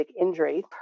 injury